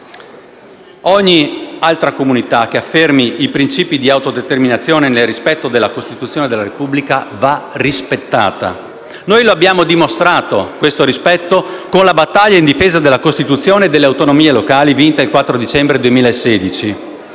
Ogni altra comunità che affermi i principi di autodeterminazione nel rispetto della Costituzione della Repubblica va rispettata. Noi abbiamo dimostrato questo rispetto con la battaglia in difesa della Costituzione e delle autonomie locali, vinta il 4 dicembre 2016.